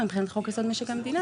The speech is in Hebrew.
מבחינת חוק יסוד משק המדינה,